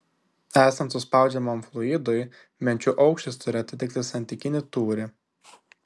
esant suspaudžiamam fluidui menčių aukštis turi atitikti santykinį tūrį